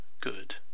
good